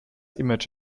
image